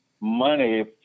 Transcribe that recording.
money